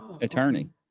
attorney